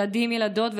ילדים וילדות,